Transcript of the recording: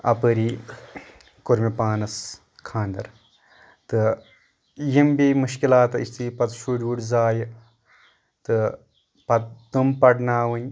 اپٲری کوٚر مےٚ پانس خانٛدر تہٕ یِم بے مُشکلات یُتھٕے پتہٕ شُرۍ وُرۍ زایہِ تہٕ پتہٕ تِم پرناوٕنۍ